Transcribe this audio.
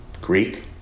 Greek